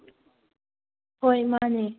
ꯍꯣꯏ ꯃꯥꯅꯦ